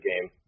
game